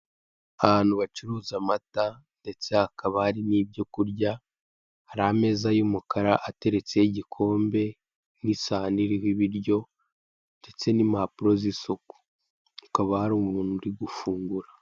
Ahantu bacuruza amata ndetse hakaba harimo ibyo kurya hari ameza y'umukara ateretseho igikombe n'isahani iriho ibiryo ndetse n'impapuro z'isuku hakaba hari umuntu uri gufungura.